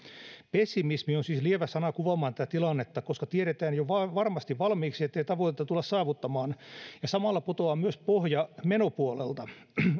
pessimismi on siis lievä sana kuvaamaan tätä tilannetta koska tiedetään jo varmasti valmiiksi ettei tavoitetta tulla saavuttamaan ja samalla putoaa myös pohja menopuolelta